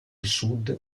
sud